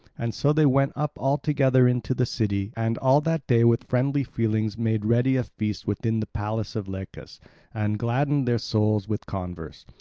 and so they went up all together into the city, and all that day with friendly feelings made ready a feast within the palace of lycus and gladdened their souls with converse.